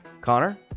Connor